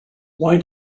why